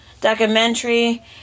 documentary